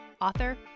author